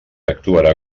actuarà